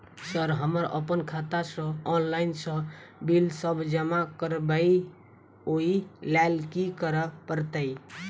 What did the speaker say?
Sir हम अप्पन खाता सऽ ऑनलाइन सऽ बिल सब जमा करबैई ओई लैल की करऽ परतै?